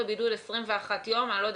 בין החולים האלה כמו שצוין, אני אגיד